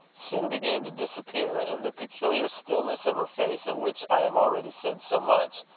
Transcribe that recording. soon began to disappear, and the peculiar stillness of her face, of which i have already said so much,